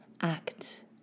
act